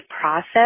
process